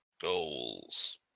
goals